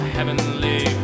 Heavenly